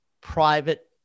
private